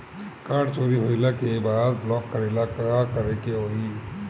Card चोरी होइला के बाद ब्लॉक करेला का करे के होई?